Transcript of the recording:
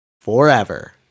forever